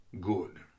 Good